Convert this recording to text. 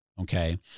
okay